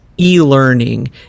e-learning